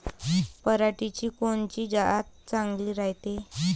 पऱ्हाटीची कोनची जात चांगली रायते?